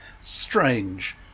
Strange